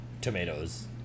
tomatoes